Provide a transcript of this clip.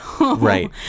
Right